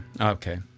Okay